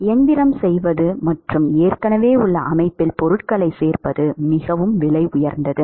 எந்திரம் செய்வது மற்றும் ஏற்கனவே உள்ள அமைப்பில் பொருட்களை சேர்ப்பது மிகவும் விலை உயர்ந்தது